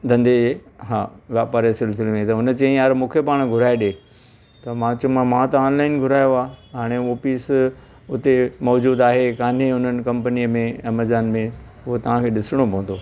धंधे जे हा वापारु जे सिलसिले में हुन चई यार मूंखे पाण घुराए ॾिए त मां चयो मां त ऑनलाइन घुरायो आहे हाणे हो पीस हुते मौजूदु आहे कोन्हे हुननि कंपनीअ में एमेजॉन में उहो तव्हांखे ॾिसणो पवंदो